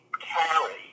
carry